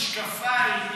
ממשקפיים,